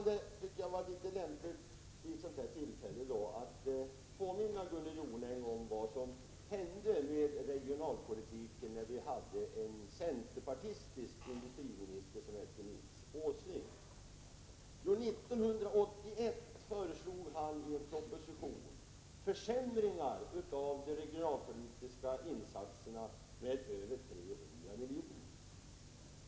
Herr talman! Det är betecknande för Gunnel Jonäng att hon i sitt anförande använder ytterst litet tid för att komma med egna konstruktiva förslag till lösningar men ägnar mycket tid åt att i alla avseenden kritisera regeringen och dess åtgärder. Det kan därför vid ett sådant här tillfälle vara lämpligt att påminna Gunnel Jonäng om vad som hände med regionalpolitiken när vi hade en centerpartistisk industriminister som hette Nils Åsling. År 1981 föreslog han i en proposition försämringar av de regionalpolitiska insatserna med över 300 milj.kr.